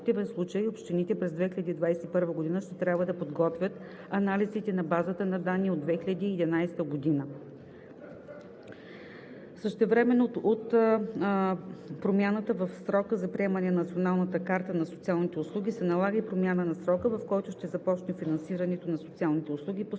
Същевременно, от промяната в срока за приемането на Националната карта на социалните услуги се налага и промяна на срока, в който ще започне финансирането на социалните услуги по стандарти,